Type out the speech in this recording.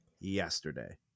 yesterday